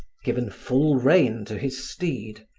given full rein to his steed,